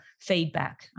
feedback